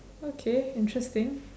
okay interesting